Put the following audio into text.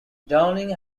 downing